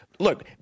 Look